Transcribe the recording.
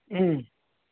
ꯎꯝ